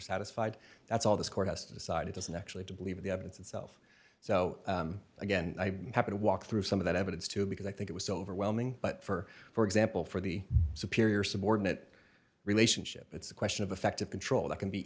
satisfied that's all this court has decided to send actually to believe the evidence itself so again i have to walk through some of that evidence too because i think it was overwhelming but for for example for the superior subordinate relationship it's a question of effective control that can be